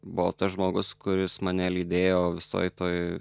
buvo tas žmogus kuris mane lydėjo visoj toj